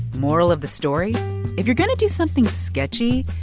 moral of the story if you're going to do something sketchy,